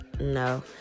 no